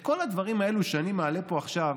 כל הדברים האלה שאני מעלה פה עכשיו,